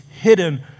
hidden